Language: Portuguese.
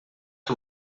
que